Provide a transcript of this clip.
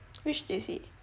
which J_C